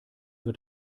wird